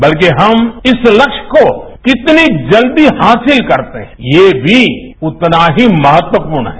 बल्कि हम इस तस्य को कितनी जल्दी हासिल करते हैं ये भी उतना ही महत्वपूर्ण है